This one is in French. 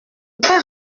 pas